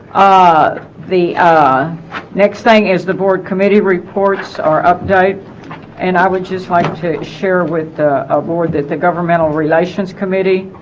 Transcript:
ah the ah next thing is the board committee reports are updated and i would just like to share with ah board that the governmental relations committee